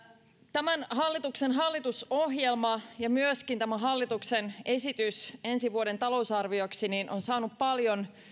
tämän hallituksen hallitusohjelma ja myöskin tämän hallituksen esitys ensi vuoden talousarvioksi on saanut paljon